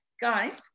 Guys